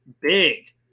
big